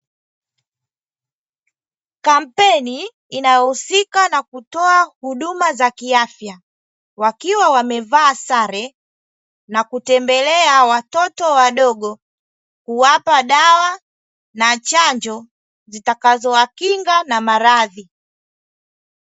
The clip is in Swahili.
Kampeni inayohusika na kutoa huduma za kiafya, wakiwa wamevaa sare na kutembelea watoto wadogo kuwapa dawa na chanjo zitakazowakinga na maradhi.